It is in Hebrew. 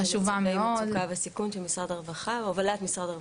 וצעירות במצבי מצוקה וסיכון בהובלת משרד הרווחה.